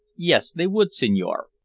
yes, they would, signore,